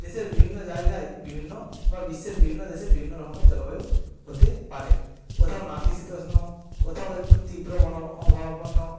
দেশের বিভিন্ন জায়গায় বিভিন্ন বা বিশ্বের বিভিন্ন দেশে বিভিন্ন রকমের জলবায়ু হতে পারে কোথাও নাতিশীতোষ্ণ কোথাও একটু তীব্র মন অবহাওয়াপন্ন